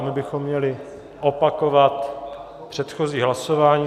My bychom měli opakovat předchozí hlasování.